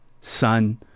Son